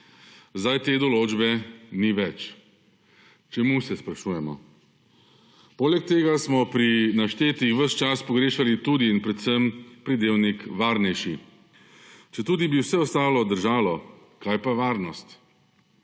Zdaj te določbe ni več; čemu, se sprašujemo. Poleg tega smo pri naštetih ves čas pogrešali tudi in predvsem pridevnik »varnejši«. Četudi bi vse ostalo držalo, kaj pa varnost?